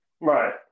Right